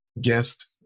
guest